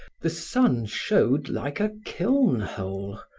the sun showed like a kiln-hole,